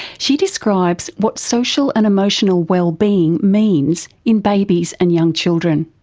she describes what social and emotional wellbeing means in babies and young children.